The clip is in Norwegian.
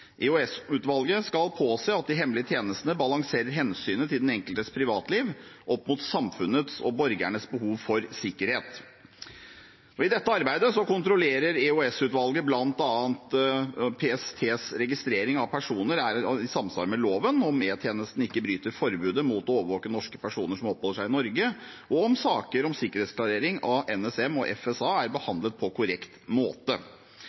EOS-utvalget skal påse at de hemmelige tjenestene balanserer hensynet til den enkeltes privatliv opp mot samfunnets og borgernes behov for sikkerhet. I dette arbeidet kontrollerer EOS-utvalget bl.a. om PSTs registrering av personer er i samsvar med loven, om E-tjenesten ikke bryter forbudet mot å overvåke norske personer som oppholder seg i Norge, og om saker om sikkerhetsklarering av NSM og FSA er behandlet på korrekt måte.